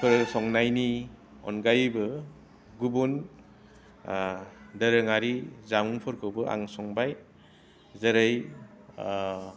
संनायनि अगायैबो गुबुन दोरोङारि जामुंफोरखौबो आं संबाय जेरै